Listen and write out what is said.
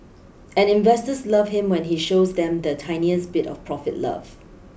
and investors love him when he shows them the tiniest bit of profit love